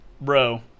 bro